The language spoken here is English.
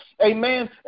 Amen